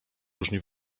różni